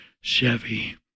Chevy